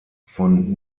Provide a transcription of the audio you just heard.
von